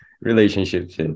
relationships